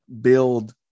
build